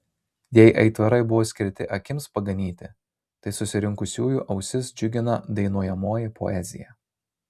jei aitvarai buvo skirti akims paganyti tai susirinkusiųjų ausis džiugina dainuojamoji poezija